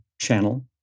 channel